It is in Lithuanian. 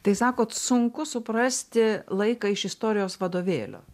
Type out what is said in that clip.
tai sakot sunku suprasti laiką iš istorijos vadovėlio